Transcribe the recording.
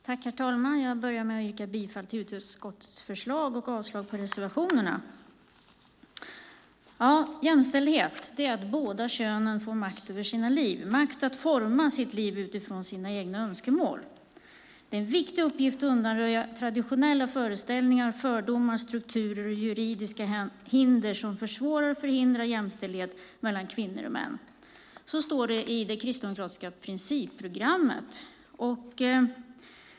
Herr talman! Jag börjar med att yrka bifall till utskottets förslag och avslag på reservationerna. Jämställdhet är att båda könen får makt över sina liv och makt att forma sina liv utifrån sina egna önskemål. Det är en viktig uppgift att undanröja traditionella föreställningar, fördomar, strukturer och juridiska hinder som försvårar och förhindrar jämställdhet mellan kvinnor och män. Så står det i det kristdemokratiska principprogrammet.